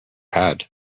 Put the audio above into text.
had